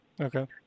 Okay